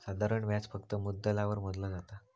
साधारण व्याज फक्त मुद्दलावर मोजला जाता